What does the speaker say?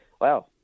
wow